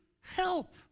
help